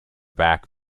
back